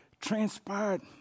transpired